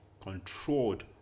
controlled